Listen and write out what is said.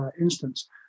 instance